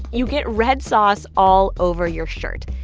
you get red sauce all over your shirt.